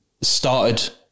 started